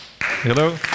Hello